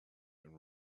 and